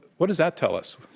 what does that tell us?